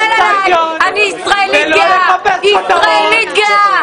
תסתכל עלי, אני ישראלית גאה.